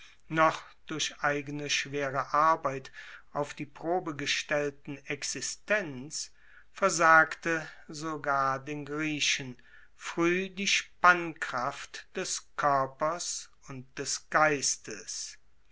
noch durch eigene schwere arbeit auf die probe gestellten existenz versagte sogar den griechen frueh die spannkraft des koerpers und des geistes